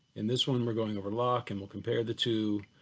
in this one we're going over locke and we'll compare the two.